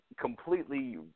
completely